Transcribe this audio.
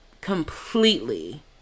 completely